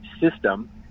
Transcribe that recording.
system